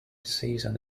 season